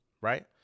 right